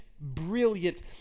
brilliant